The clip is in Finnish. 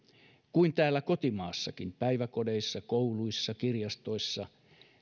kuin täällä kotimaassakin päiväkodeissa kouluissa kirjastoissa